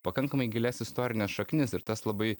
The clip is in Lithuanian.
pakankamai gilias istorines šaknis ir tas labai